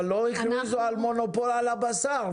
אבל לא הכריזו מונופול על הבשר,